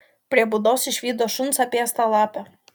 prie būdos išvydo šuns apėstą lapę